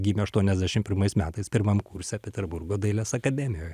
gimė aštuoniasdešim pirmais metais pirmam kurse peterburgo dailės akademijoj